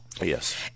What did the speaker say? Yes